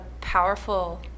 powerful